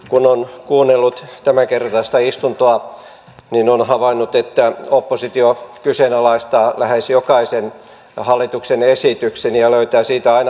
kun on kuunnellut tämänkertaista istuntoa niin on havainnut että oppositio kyseenalaistaa lähes jokaisen hallituksen esityksen ja löytää siitä aina moitittavaa